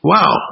Wow